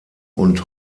und